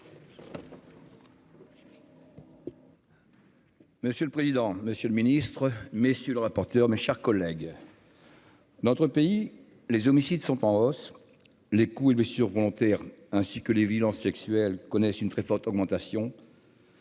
Monsieur le président, Monsieur le Ministre, mais si le rapporteur, mes chers collègues. Notre pays, les homicides sont en hausse, les coups et blessures volontaires, ainsi que les violences sexuelles connaissent une très forte augmentation.